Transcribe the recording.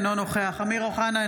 אינו נוכח אמיר אוחנה,